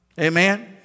Amen